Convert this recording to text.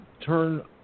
turn